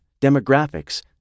demographics